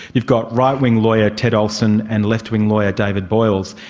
you've got right-wing lawyer ted olson and left-wing lawyer david boies,